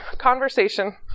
conversation